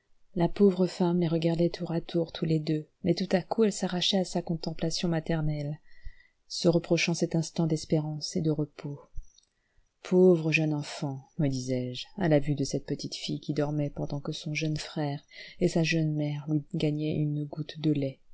la pauvre femme les regardait tour à tour tous les deux mais tout à coup elle s'arrachait à sa contemplation maternelle se reprochant cet instant d'espérance et de repos pauvre jeune enfant me disais-je à la vue de cette petite fille qui dormait pendant que son jeune frère et sa jeune mère lui gagnaient une goutte de lait